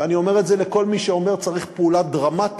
ואני אומר את זה לכל מי שאומר: צריך פעולה דרמטית,